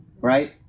right